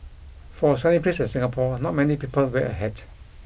for a sunny place like Singapore not many people wear a hat